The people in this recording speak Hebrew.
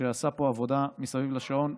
שעשה פה עבודה מסביב לשעון,